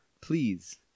please